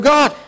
God